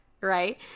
right